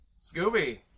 Scooby